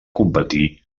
competir